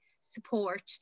support